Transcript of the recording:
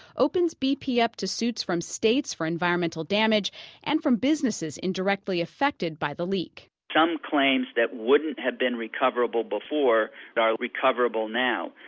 opens bp up to suits from states for environmental damage and from businesses indirectly affected by the leak some claims that wouldn't have been recoverable before are recoverable now,